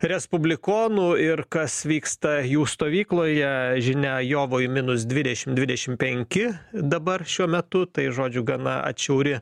respublikonų ir kas vyksta jų stovykloje žinia jovoj minus dvidešimt dvidešimt penki dabar šiuo metu tai žodžiu gana atšiauri